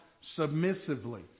submissively